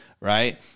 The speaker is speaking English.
right